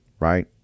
Right